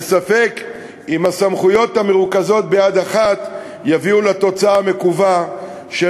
וספק אם הסמכויות המרוכזות ביד אחת יביאו לתוצאה המקווה של